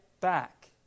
back